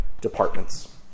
departments